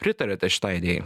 pritariate šitai